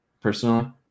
personally